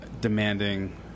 demanding